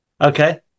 okay